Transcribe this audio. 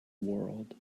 world